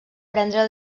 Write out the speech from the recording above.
prendre